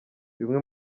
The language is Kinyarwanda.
bimwe